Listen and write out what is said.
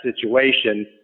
situation